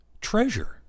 treasure